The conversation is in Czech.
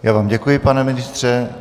Já vám děkuji, pane ministře.